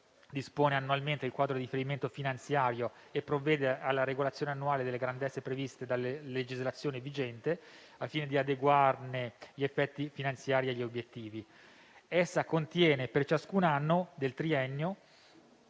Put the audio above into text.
dispone annualmente il quadro di riferimento finanziario e provvede alla regolazione annuale delle grandezze previste dalla legislazione vigente, al fine di adeguarne gli effetti finanziari agli obiettivi. Essa contiene, per ciascun anno del triennio